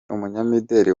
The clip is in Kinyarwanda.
umunyamideli